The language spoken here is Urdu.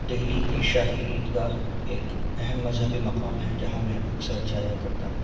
دہلی کی شاہی عید گاہ ایک اہم مذہبی مقام ہے جہاں میں اکثر جایا کرتا ہوں